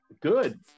Good